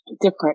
different